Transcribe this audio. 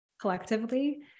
collectively